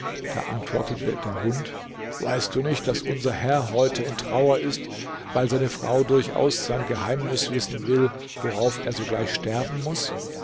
da antwortete der hund weißt du nicht daß unser herr heute in trauer ist weil seine frau durchaus sein geheimnis wissen will worauf er sogleich sterben muß